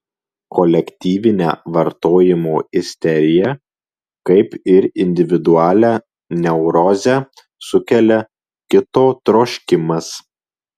kolektyvinę vartojimo isteriją kaip ir individualią neurozę sukelia kito troškimas